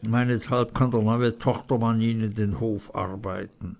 meinethalb kann der neue tochtermann ihnen den hof arbeiten